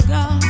God